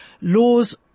laws